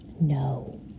No